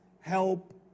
help